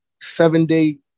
seven-day